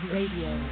Radio